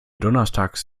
donnerstags